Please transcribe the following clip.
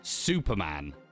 Superman